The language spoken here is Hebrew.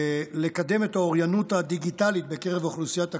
לקדם את האוריינות הדיגיטלית בקרב אוכלוסיית הקשישים.